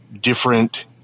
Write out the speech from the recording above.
different